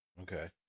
Okay